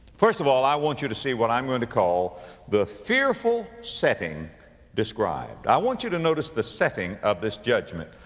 first of all i want you to see what i'm going to call the fearful setting described. i want you to notice the setting of this judgment.